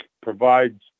provides